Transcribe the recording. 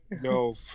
no